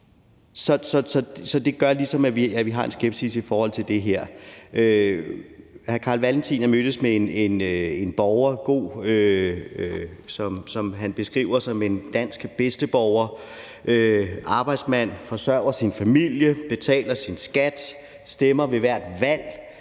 Så det gør ligesom, at vi har en skepsis i forhold til det her. Hr. Carl Valentin har mødtes med en borger, som han beskriver som en god dansk bedsteborger, en arbejdsmand, der forsørger sin familie, betaler sin skat, stemmer ved hvert valg,